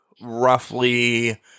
roughly